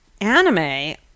anime